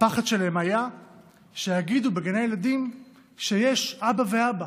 הפחד שלהם היה שיגידו בגני הילדים שיש אבא ואבא